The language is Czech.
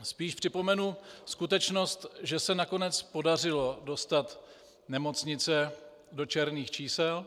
Spíš připomenu skutečnost, že se nakonec podařilo dostat nemocnice do černých čísel.